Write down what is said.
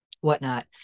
whatnot